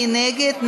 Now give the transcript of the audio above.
מי נגד?